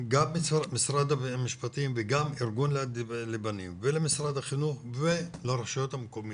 גם משרד המשפטים וגם ארגון יד לבנים ולמשרד החינוך ולרשויות המקומיות,